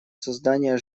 создание